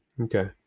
Okay